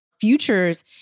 Futures